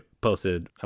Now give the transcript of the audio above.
posted